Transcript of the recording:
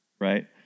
right